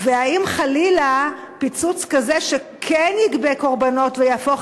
האם חלילה פיצוץ כזה שכן יגבה קורבנות ויהפוך